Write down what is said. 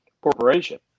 corporation